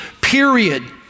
period